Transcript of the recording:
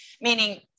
meaning